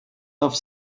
auf